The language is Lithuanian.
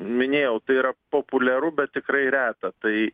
minėjau tai yra populiaru bet tikrai reta tai